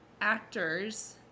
actors